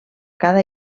cada